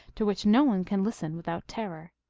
to which no one can listen without terror.